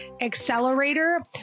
Accelerator